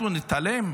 אנחנו נתעלם?